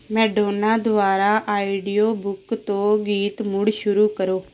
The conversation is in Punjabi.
ਮੈਡੋਨਾ ਦੁਆਰਾ ਆਡੀਓ ਬੁੱਕ ਤੋਂ ਗੀਤ ਮੁੜ ਸ਼ੁਰੂ ਕਰੋ